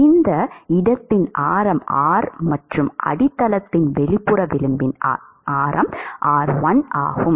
அந்த இடத்தின் ஆரம் r மற்றும் அடித்தளத்தின் வெளிப்புற விளிம்பின் இடத்தின் ஆரம் r1 ஆகும்